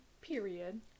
Period